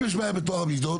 אם יש בעיה בטוהר המידות,